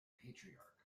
patriarch